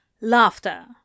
Laughter